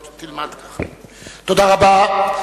תודה רבה.